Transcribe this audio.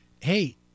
Hey